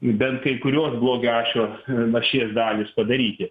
bent kai kuriuos blogio ašio ašies dalys padaryti